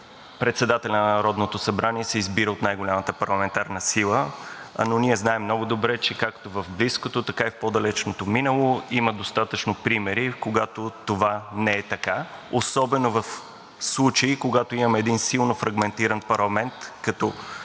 председателят на Народното събрание се избира от най-голямата парламентарна сила, но ние знаем много добре, че както в близкото, така и в по-далечното минало има достатъчно примери, когато това не е така, особено в случаи, когато имаме един силно фрагментиран парламент като